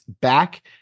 back